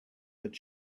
but